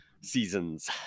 seasons